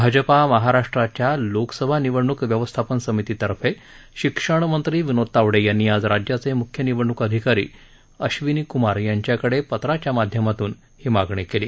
भाजपा महाराष्ट्राच्या लोकसभा निवडण्क व्यवस्थापन समितीतर्फे शिक्षणमंत्री विनोद तावडे यांनी आज राज्याचे मुख्य निवडणूक अधिकारी अश्वनी कुमार यांच्याकडे पत्राच्या माध्यमातून ही मागणी केली